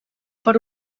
per